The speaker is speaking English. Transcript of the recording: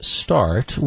start